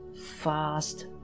fast